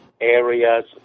areas